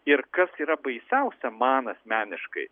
ir kas yra baisiausia man asmeniškai